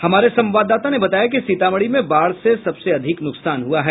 हमारे संवाददाता ने बताया कि सीतामढ़ी में बाढ़ से सबसे अधिक नुकसान हुआ है